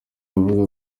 avuga